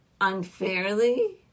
unfairly